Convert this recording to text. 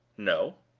no.